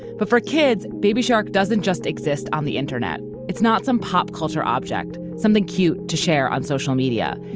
but for kids, baby shark doesn't just exist on the internet, it's not some pop-culture object, something cute to share on social media.